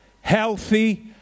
healthy